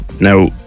Now